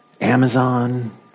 Amazon